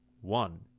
one